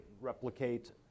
replicate